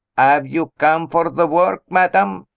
have you come for the work, madam?